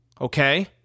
okay